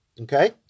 Okay